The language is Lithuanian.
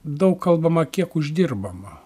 daug kalbama kiek uždirbama